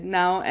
now